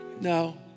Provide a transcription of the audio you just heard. No